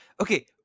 Okay